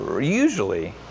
usually